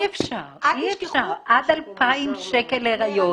עד 2,000 שקל להריון.